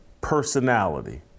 personality